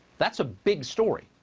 that's a big story.